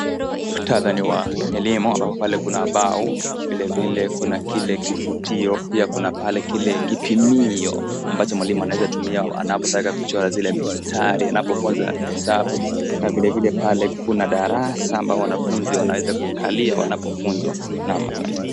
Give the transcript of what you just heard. Muktadha ni wa elimu, ambapo pale kuna mbao, vilevile kuna kile kifutio, pia kuna pale kile kipimio ambacho mwalimu anaweza tumia anapotaka kuchora zile mistari anapofunza hesabu na vilevile pale kuna darasa ambao wanafunzi wanaweza kukalia wanapofunza. Naam asante.